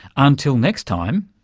until next time,